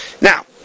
Now